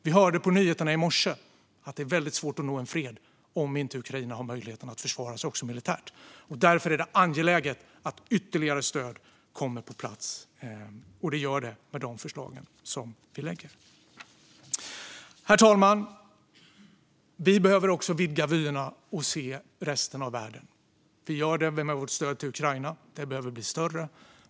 Vi hörde på nyheterna i morse att det är väldigt svårt att nå en fred om inte Ukraina har möjlighet att försvara sig också militärt. Därför är det angeläget att ytterligare stöd kommer på plats, och det gör det med de förslag som vi lägger fram. Herr talman! Vi behöver också vidga vyerna och se resten av världen. Vi gör det med vårt stöd till Ukraina, som behöver bli större.